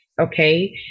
okay